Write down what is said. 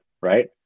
right